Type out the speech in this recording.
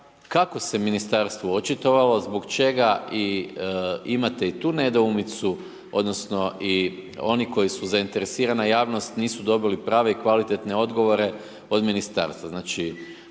kako se ministarstvo očitovalo zbog čega i imate i tu nedoumicu odnosno i oni koji su zainteresirana javnost nisu dobili prave i kvalitetne odgovore od ministarstva.